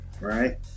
right